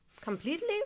completely